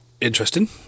interesting